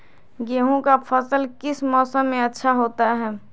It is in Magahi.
गेंहू का फसल किस मौसम में अच्छा होता है?